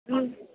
હમ